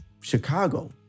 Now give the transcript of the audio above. Chicago